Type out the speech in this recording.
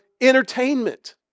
entertainment